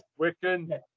Wiccan